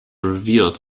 revealed